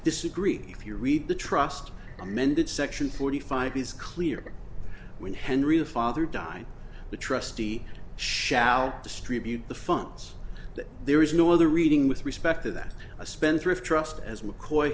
disagree if you read the trust amended section forty five is clear that when henry the father died the trustee shall distribute the funds that there is no other reading with respect to that a spendthrift trust as mccoy